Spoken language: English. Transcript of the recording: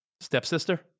Stepsister